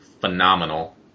phenomenal